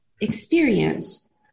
experience